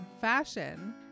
fashion